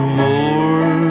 more